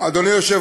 אחד יעלה לדבר?